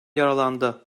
yaralandı